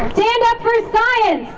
stand up for science!